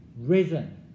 risen